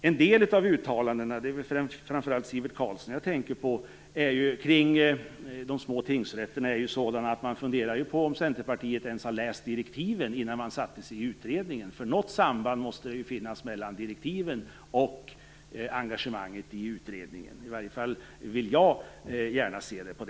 En del av uttalandena kring de små tingsrätterna - jag tänker framför allt på Sivert Carlssons - är sådana att man funderar på om Centerpartiet ens har läst direktiven innan man satte sig i utredningen. Något samband måste det ju finnas mellan direktiven och engagemanget i utredningen. I alla fall vill jag gärna se det så.